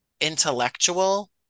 intellectual